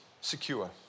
secure